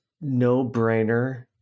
no-brainer